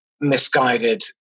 misguided